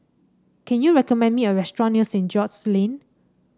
can you recommend me a restaurant near St George's Lane